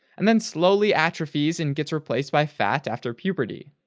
and then slowly atrophies and gets replaced by fat after puberty.